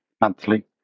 monthly